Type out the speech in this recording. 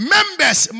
Members